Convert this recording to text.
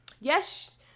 yes